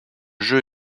jeu